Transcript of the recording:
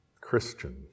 Christian